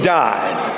dies